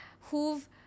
who've